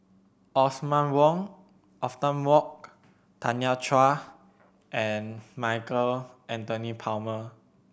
Othman Othman Wok Tanya Chua and Michael Anthony Palmer